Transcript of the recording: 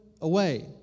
away